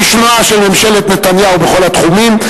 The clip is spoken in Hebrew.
כישלונה של ממשלת נתניהו בכל התחומים,